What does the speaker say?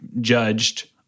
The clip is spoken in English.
judged